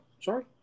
Sorry